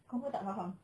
confirm tak faham